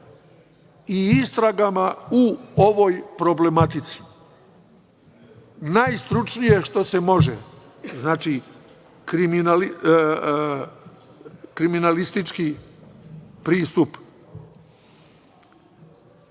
i istragama u ovoj problematici. Najstručnije što se može, znači kriminalistički pristup.